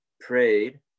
prayed